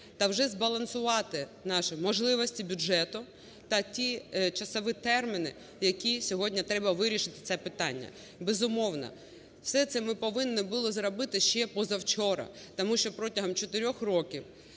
та вже збалансувати наші можливості бюджету та ці часові терміни, в які сьогодні треба вирішити це питання. Безумовно, все це ми повинні були зробити позавчора, тому що протягом